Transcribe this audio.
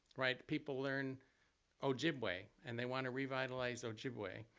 right? people learn ojibwe and they want to revitalize ojibwe,